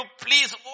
Please